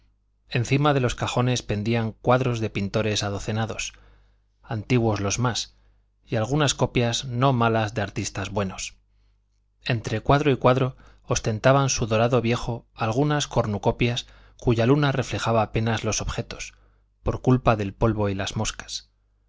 encima de los cajones pendían cuadros de pintores adocenados antiguos los más y algunas copias no malas de artistas buenos entre cuadro y cuadro ostentaban su dorado viejo algunas cornucopias cuya luna reflejaba apenas los objetos por culpa del polvo y las moscas